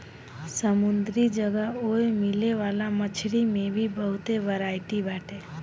समुंदरी जगह ओए मिले वाला मछरी में भी बहुते बरायटी बाटे